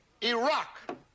Iraq